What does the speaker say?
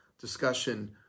discussion